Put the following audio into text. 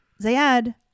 zayed